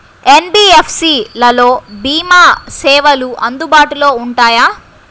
NBFC లలో భీమా సేవలు అందుబాటులో ఉంటాయా?